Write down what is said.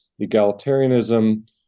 egalitarianism